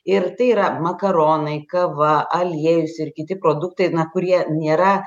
ir tai yra makaronai kava aliejus ir kiti produktai kurie nėra